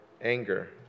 anger